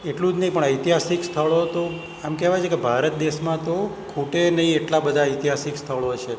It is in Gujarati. એટલું જ નહીં પણ ઐતિહાસિક સ્થળો તો આમ કહેવાય છે કે ભારત દેશમાં તો ખૂટે નહીં એટલા બધા ઐતિહાસિક સ્થળો છે